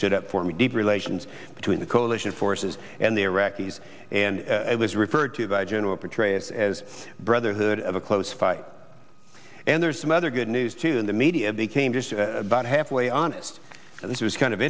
stood up for me deep relations between the coalition forces and the iraqis and it was referred to by general petraeus as brotherhood of a close fight and there's some other good news too in the media became just about halfway honest and this is kind of